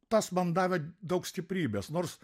tas man davė daug stiprybės nors